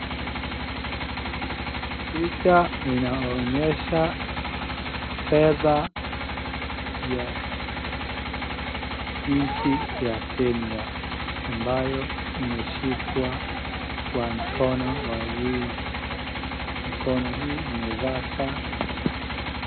Picha inaonyesha fedha ya nchi ya kenya, ambayo imeshikwa kwa mikono wawili. Mikono hii imevaa saa.